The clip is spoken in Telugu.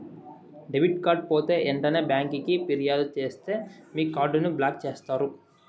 డెబిట్ కార్డు పోతే ఎంటనే బ్యాంకికి ఫిర్యాదు సేస్తే మీ కార్డుని బ్లాక్ చేస్తారు